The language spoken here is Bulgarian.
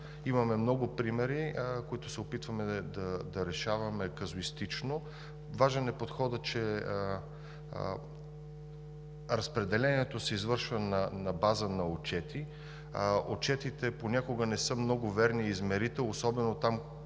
Имаме много примери, които се опитваме да решаваме казуистично. Важен е подходът, че разпределението се извършва на базата на отчети. Отчетите понякога не са много верен измерител – особено там,